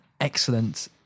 excellent